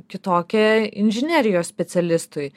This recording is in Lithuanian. kitokia inžinerijos specialistui